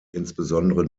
insbesondere